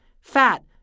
fat